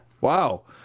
Wow